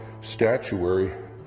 statuary